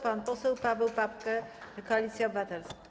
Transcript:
Pan poseł Paweł Papke, Koalicja Obywatelska.